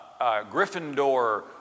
Gryffindor